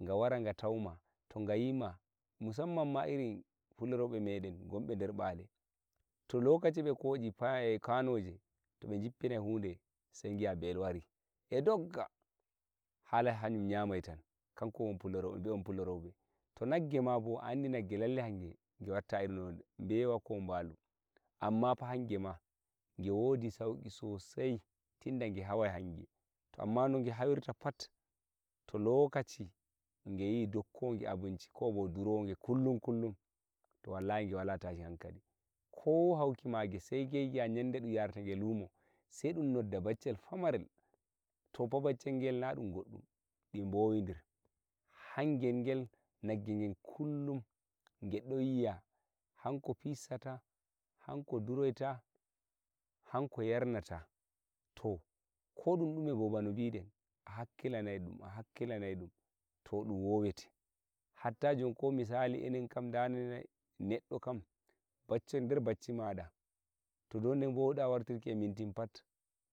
ga wara ga tauma to ga yima misamman ma iri fuloroiɓe meɗen gon be nder ɓale to lokaci ɓe koshi fa e kanoje to ɓe jippinai hude sai gi'a ɓe'i ngari e dogga wara hayum nyamai ta kan kon fuloroi ɓe'on fuloroiɓe to nagge ma bo a andi nagge lalle hange he watta no bewa ko nbalu amma fa hange ma ge wodi sauki sosai tinda ge hawai hange to amma no ge hawirta pat to lokaci geyi dokkowo nge abinci ko durowo nge kullum to wallahi nge wala tashin hankali ko hanki mage sei dei gi'a yande ɗun yarta nge lumo sei ɗum nodda baccel pamarel to bo baccel ngel na ɗum goɗɗum di bowidir hangel ngel nange gem kullum ge don yi'a hanko fissata hanko duroita hanko yarnata to ko dum dume bo bano ɓi den hakkilanai sun mo hakkilanai sum to ɗum wowete hatta jon ko misali e nen kam darne neɗɗo kam baccel der bacci maɗa to dow ɓe bowuɗa wartuki e minti pat